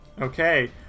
okay